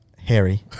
Harry